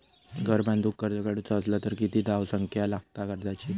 घर बांधूक कर्ज काढूचा असला तर किती धावसंख्या लागता कर्जाची?